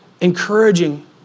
encouraging